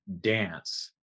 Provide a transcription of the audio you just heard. dance